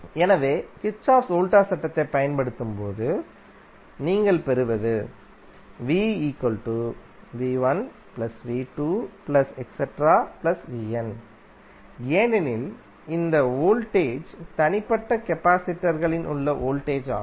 எனவே கிர்ச்சோஃப்பின் வோல்டேஜ் சட்டத்தைப் பயன்படுத்தும்போது நீங்கள் பெறுவது ஏனெனில் இந்த வோல்டேஜ் தனிப்பட்ட கபாசிடர் களில் உள்ள வோல்டேஜ் ஆகும்